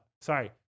Sorry